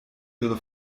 ihre